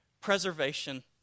Preservation